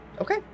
okay